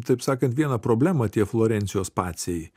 taip sakant vieną problemą tie florencijos paciai